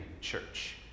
Church